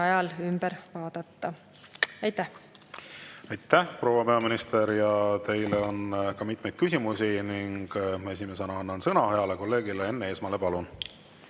ajal ümber vaadata. Aitäh! Aitäh, proua peaminister! Teile on ka mitmeid küsimusi ning ma esimesena annan sõna heale kolleegile Enn Eesmaale. Palun!